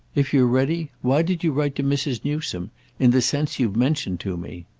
if you're ready why did you write to mrs. newsome in the sense you've mentioned to me?